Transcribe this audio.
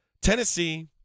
Tennessee